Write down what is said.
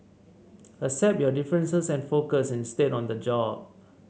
accept your differences and focus instead on the job